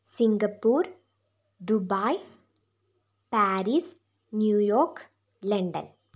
Singapore Dubai Paris New York London